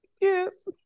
Yes